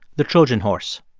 the trojan horse.